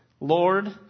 Lord